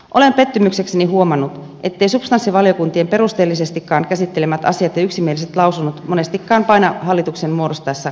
olen pettymyksekseni huomannut etteivät substanssivaliokuntien perusteellisestikaan käsittelemät asiat ja yksimieliset lausunnot monestikaan paina hallituksen muodostaessa kantaansa